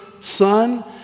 son